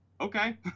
okay